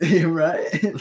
Right